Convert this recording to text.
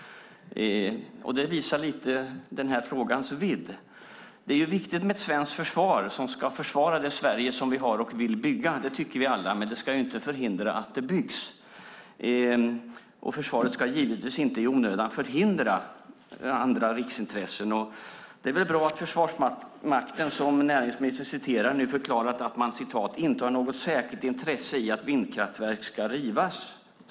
Det visar lite på den här frågans vidd. Det är viktigt med ett svenskt försvar som ska försvara det Sverige som vi har och vill bygga. Det tycker vi alla, men det ska ju inte förhindra att det byggs. Och försvaret ska givetvis inte i onödan förhindra andra riksintressen. Det är väl bra att Försvarsmakten, som näringsministern citerar, nu förklarat att man "inte har något särskilt intresse i att vindkraftverk ska rivas".